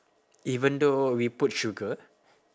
even though we put sugar